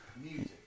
music